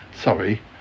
sorry